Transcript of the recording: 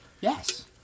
Yes